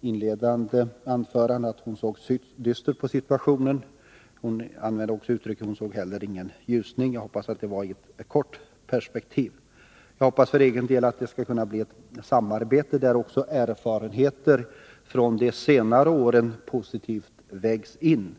inledande anförande att hon såg dystert på situationen. Hon använde också uttrycket ”ser heller ingen ljusning”. Jag hoppas att det var i ett kort perspektiv. Jag hoppas för egen del att vi skall kunna samarbeta så att även erfarenheter från de senare åren positivt vägs in.